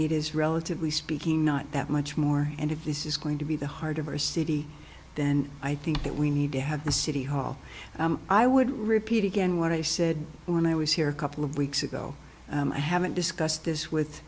is relatively speaking not that much more and if this is going to be the heart of our city then i think that we need to have the city hall i would repeat again what i said when i was here a couple of weeks ago i haven't discussed this with